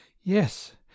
Yes